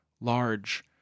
large